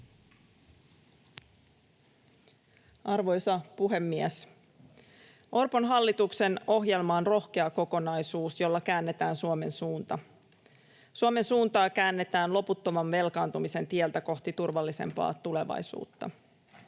Arvoisa puhemies! Orpon hallituksen ohjelma on rohkea kokonaisuus, jolla käännetään Suomen suunta. Suomen suuntaa käännetään loputtoman velkaantumisen tieltä kohti turvallisempaa tulevaisuutta,